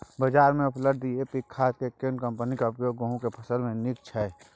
बाजार में उपलब्ध डी.ए.पी खाद के केना कम्पनी के उपयोग गेहूं के फसल में नीक छैय?